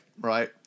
right